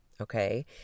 Okay